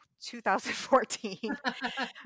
2014